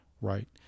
right